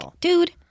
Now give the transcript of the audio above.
dude